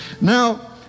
Now